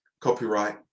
copyright